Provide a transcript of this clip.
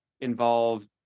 involve